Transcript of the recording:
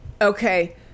Okay